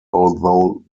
although